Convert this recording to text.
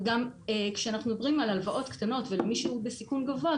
וגם כשאנחנו מדברים על הלוואות קטנות ולמי שהוא בסיכון גבוה,